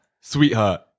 sweetheart